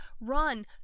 Run